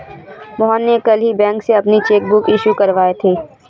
मोहन ने कल ही बैंक से अपनी चैक बुक इश्यू करवाई थी